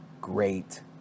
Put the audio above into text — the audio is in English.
great